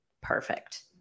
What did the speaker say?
perfect